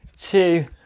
two